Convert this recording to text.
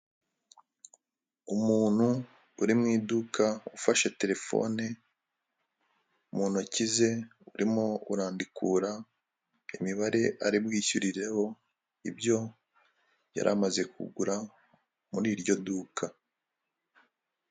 Umuntu uri mu iduka ufashe telefone mu ntoki ze, urimo urandukura imibare ari bwishyurireho ibyo yari amaze kugura muri iryo duka.